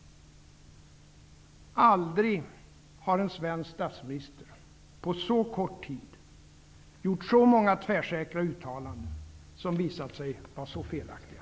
Aldrig har en svensk statsminister på så kort tid gjort så många tvärsäkra uttalanden, som visat sig vara så felaktiga.